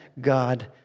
God